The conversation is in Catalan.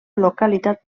localitat